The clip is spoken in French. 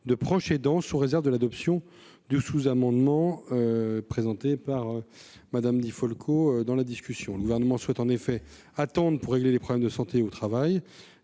de proche aidant, sous réserve de l'adoption du sous-amendement n° 577 de la commission. Le Gouvernement souhaite en effet attendre pour régler les problèmes de santé au travail.